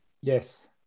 Yes